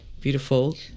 beautiful